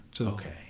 Okay